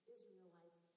Israelites